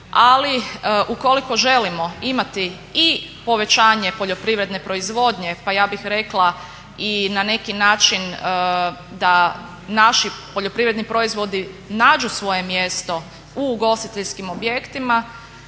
ali ukoliko želimo imati i povećanje poljoprivredne proizvodnje, pa ja bih rekla i na neki način da naši poljoprivredni proizvodi nađu svoje mjesto u ugostiteljskim objektima